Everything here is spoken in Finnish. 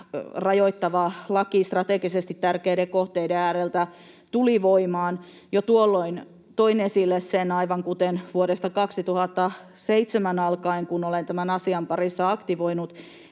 rajoittava laki strategisesti tärkeiden kohteiden ääreltä tuli voimaan. Jo tuolloin toin esille sen, aivan kuten vuodesta 2007 alkaen, kun olen tämän asian parissa aktivoitunut,